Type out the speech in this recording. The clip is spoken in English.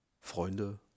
Freunde